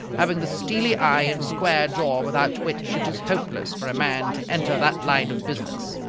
having the steely eye and square jaw without which it is hopeless for a man to enter that line of business.